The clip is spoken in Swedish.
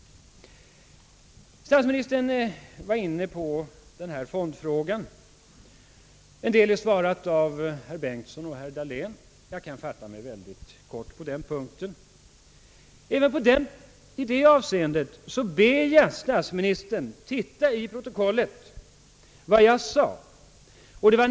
Dahlén har redan svarat en del, och jag kan därför fatta mig kort på den punkten. Även när det gäller denna fråga ber jag statsministern att titta i protokollet och läsa vad jag har sagt.